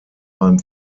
beim